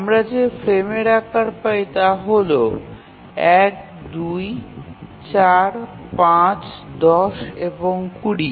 আমরা যে ফ্রেমের আকার পাই তা হল ১ ২ ৪ ৫ ১০ এবং ২০